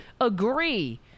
agree